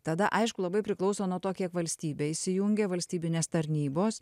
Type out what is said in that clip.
tada aišku labai priklauso nuo to kiek valstybė įsijungia valstybinės tarnybos